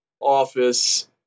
office